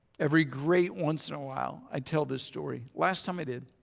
every great once in a while i tell this story. last time i did